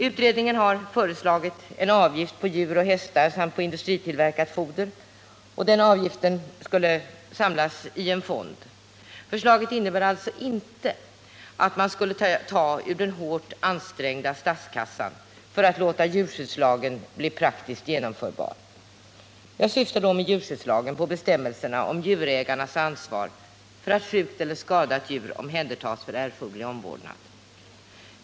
Utredningen har föreslagit en avgift på djur och hästar samt på industritillverkat foder, och den avgiften skulle samlas i en fond. Förslaget innebär alltså inte att man skulle ta ur den hårt ansträngda statskassan för att låta djurskyddslagen bli praktiskt genomförbar. Jag syftar med djurskyddslagen på bestämmelserna om djurägarnas ansvar för att sjukt eller skadat djur omhändertas för erforderlig omvårdnad.